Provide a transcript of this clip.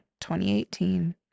2018